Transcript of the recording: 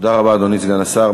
תודה רבה, אדוני סגן השר.